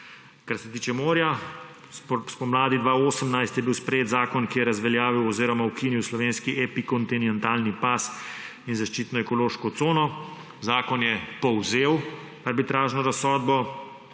Kar se tiče morja. Spomladi 2018 je bil sprejet zakon, ki je razveljavil oziroma ukinil slovenski epikontinentalni pas in zaščitno ekološko cono. Zakon je povzel arbitražno razsodbo,